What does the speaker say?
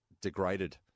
degraded